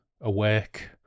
awake